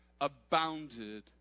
abounded